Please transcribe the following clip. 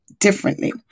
differently